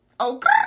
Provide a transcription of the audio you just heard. okay